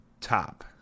top